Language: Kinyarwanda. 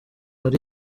ari